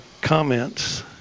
comments